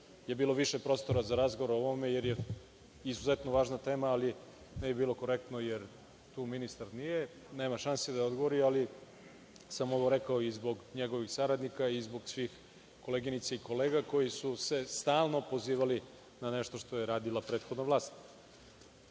je bilo više prostora za razgovor o ovome, jer je izuzetno važna tema, ali ne bi bilo korektno, jer ministar nije tu, nema šanse da odgovori, ali sam ovo rekao zbog njegovih saradnika i zbog svih koleginica i kolega koji su se stalno pozivali na nešto što je radila prethodna vlast. Druga